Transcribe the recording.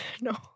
No